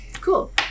Cool